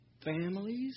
families